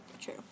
true